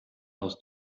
aus